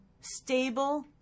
stable